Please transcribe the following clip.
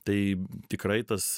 tai tikrai tas